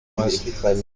umaze